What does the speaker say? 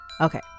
okay